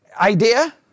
idea